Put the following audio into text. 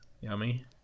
Yummy